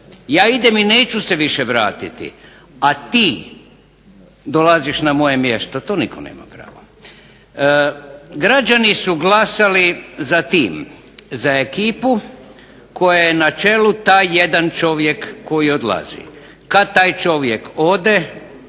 ja idem i neću se više vratiti, a ti dolaziš na moje mjesto. To nitko nema prava. Građani su glasali za tim, za ekipu koje je na čelu taj jedan čovjek koji odlazi. Kada taj čovjek ode